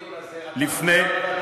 בדיון הזה אתה השר,